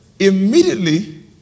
Immediately